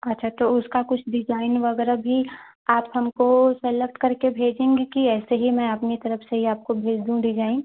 अच्छा तो उसका कुछ डिज़ाइन वग़ैरह भी आप हमको सेलेक्ट करके भेजेंगी कि ऐसे ही मैं अपनी तरफ़ से ही आपको भेज दूँ डिज़ाइन